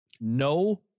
no